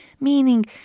Meaning